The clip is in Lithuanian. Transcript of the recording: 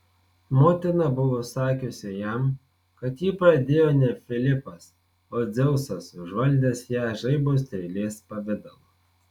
motina buvo sakiusi jam kad jį pradėjo ne filipas o dzeusas užvaldęs ją žaibo strėlės pavidalu